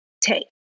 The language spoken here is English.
take